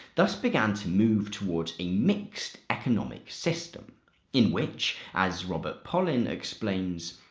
thus began to move towards a mixed economic system in which, as robert pollin explains,